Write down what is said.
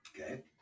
Okay